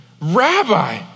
Rabbi